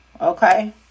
Okay